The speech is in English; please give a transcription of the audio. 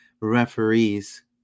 referees